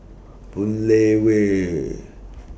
Boon Lay Way